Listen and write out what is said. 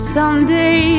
Someday